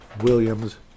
Williams